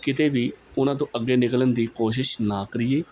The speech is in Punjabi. ਕਿਤੇ ਵੀ ਉਹਨਾਂ ਤੋਂ ਅੱਗੇ ਨਿਕਲਣ ਦੀ ਕੋਸ਼ਿਸ਼ ਨਾ ਕਰੀਏ